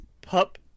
Pup